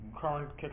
current